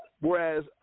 Whereas